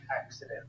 accident